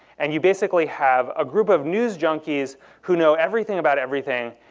and you basically have a group of news junkies who know everything about everything,